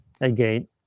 again